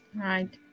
Right